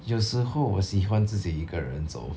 有时候我喜欢自己一个人走